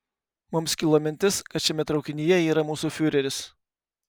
mums kilo mintis kad šiame traukinyje yra mūsų fiureris